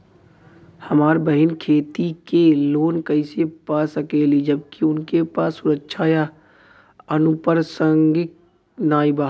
हमार बहिन खेती के लोन कईसे पा सकेली जबकि उनके पास सुरक्षा या अनुपरसांगिक नाई बा?